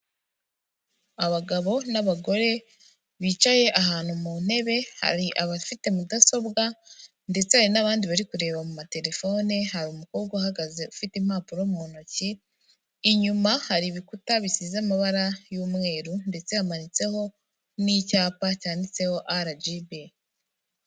Abagabo n'abagore bicaye ahantu mu ntebe hari abafite mudasobwa ndetse hari n'abandi bari kureba mu matelefone hari umukobwa uhagaze ufite impapuro mu ntoki inyuma hari ibikuta bisize amabara y'umweru ndetse hamanitseho n'icyapa cyanditseho arajibi.